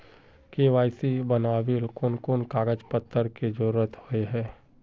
KYC बनावेल कोन कोन कागज पत्र की जरूरत होय है?